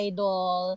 Idol